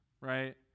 right